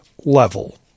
level